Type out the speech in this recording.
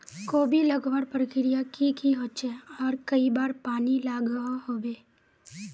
कोबी लगवार प्रक्रिया की की होचे आर कई बार पानी लागोहो होबे?